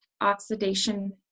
oxidation